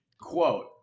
quote